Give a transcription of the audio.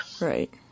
Right